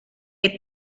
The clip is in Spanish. que